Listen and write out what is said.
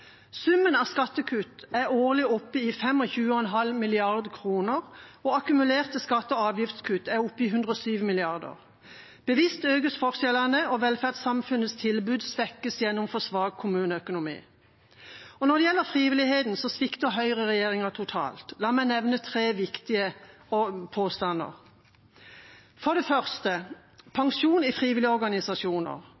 Summen av skattekutt er årlig oppe i 25,5 mrd. kr, og akkumulerte skatte- og avgiftskutt er oppe i 107 mrd. kr. Bevisst økes forskjellene, og velferdssamfunnets tilbud svekkes gjennom for svak kommuneøkonomi. Når det gjelder frivilligheten, svikter høyreregjeringa totalt. La meg nevne tre viktige påstander. Det første